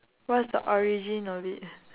what's the origin of it